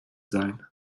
sein